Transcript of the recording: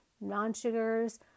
non-sugars